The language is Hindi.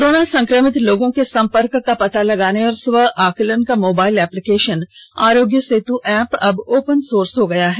कोरोना संक्रमित लोगों के संपर्क का पता लगाने और स्व आकलन का mobile application Aarogya Setu app अब ओपन सोर्स हो गया है